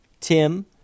Tim